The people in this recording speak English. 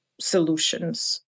solutions